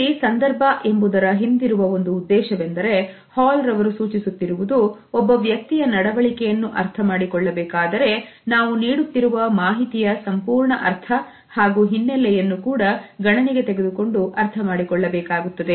ಇಲ್ಲಿ ಸಂದರ್ಭ ಎಂಬುದರ ಹಿಂದಿರುವ ಒಂದು ಉದ್ದೇಶವೆಂದರೆ ಹಾಲ್ ರವರು ಸೂಚಿಸುತ್ತಿರುವುದು ಒಬ್ಬ ವ್ಯಕ್ತಿಯ ನಡವಳಿಕೆಯನ್ನು ಅರ್ಥಮಡಿಕೊಳ್ಳಬೇಕಾದರೆ ನಾವು ನೀಡುತ್ತಿರುವ ಮಾಹಿತಿಯ ಸಂಪೂರ್ಣ ಅರ್ಥ ಹಾಗೂ ಹಿನ್ನೆಲೆಯನ್ನು ಕೂಡ ಗಣನೆಗೆ ತೆಗೆದುಕೊಂಡು ಅರ್ಥ ಮಾಡಿಕೊಳ್ಳಬೇಕಾಗುತ್ತದೆ